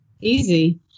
Easy